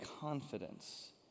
confidence